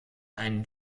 einen